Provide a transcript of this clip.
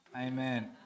Amen